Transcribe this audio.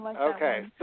Okay